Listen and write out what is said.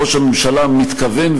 ראש הממשלה מתכוון,